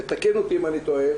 ותקן אותי אם אני טועה,